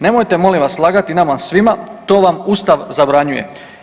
Nemojte molim vas lagati nama svima to vam Ustav zabranjuje.